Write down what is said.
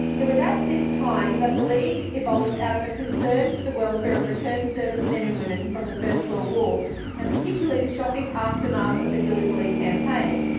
it was at this time that the league evolved out of a concern for the welfare of returned servicemen and women from the first world war and particularly the shocking aftermath of the gallipoli campaign.